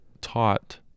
taught